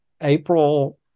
April